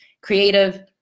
Creative